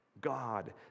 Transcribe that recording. God